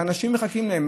שאנשים מחכים להם,